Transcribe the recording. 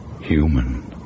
human